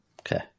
Okay